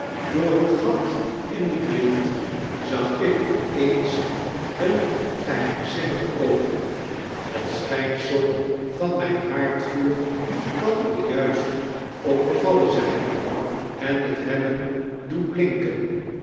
door een gat in het blind zag ik op eens een geheimzinnig oog het schijnsel van myn haardvuur kan er juist op gevallen zyn en het hebben doen blinken